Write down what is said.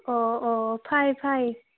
अ अ फै फै